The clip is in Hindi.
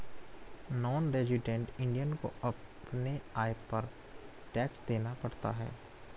नॉन रेजिडेंट इंडियन को अपने आय पर टैक्स देना पड़ता है